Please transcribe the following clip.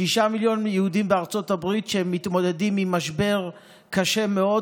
שישה מיליון יהודים בארצות הברית שמתמודדים עם משבר קשה מאוד